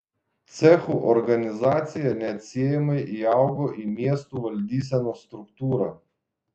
cechų organizacija neatsiejamai įaugo į miestų valdysenos struktūrą